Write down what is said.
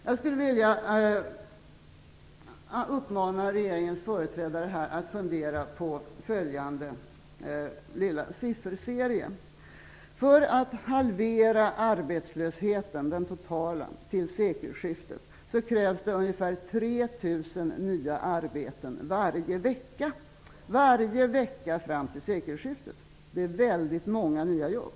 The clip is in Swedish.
Jag skulle vilja uppmana regeringens företrädare att fundera på följande lilla sifferserie. För att halvera den totala arbetslösheten till sekelskiftet krävs ungefär 3 000 nya arbeten varje vecka fram till dess. Det är väldigt många nya jobb.